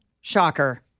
shocker